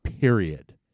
Period